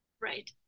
Right